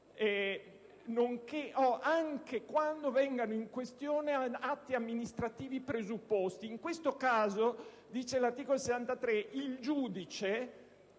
anche quando vengano in questione atti amministrativi presupposti. In questo caso - dice l'articolo 63 del